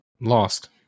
lost